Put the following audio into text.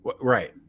Right